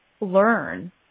learn